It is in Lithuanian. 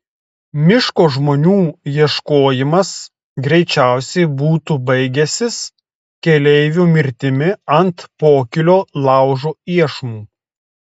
miško žmonių ieškojimas greičiausiai būtų baigęsis keleivių mirtimi ant pokylio laužo iešmų